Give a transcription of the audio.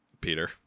Peter